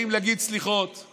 באים להגיד סליחות,